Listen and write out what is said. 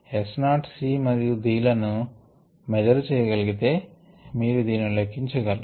S naught C మరియు D లను measure చేయ గలిగితే మీరు దీనిని లెక్కించ గలరు